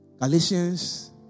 Galatians